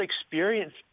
experience